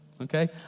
Okay